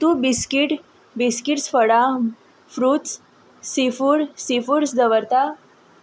तूं biscuit biscuits फळां fruits seafood seafoods दवरता